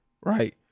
Right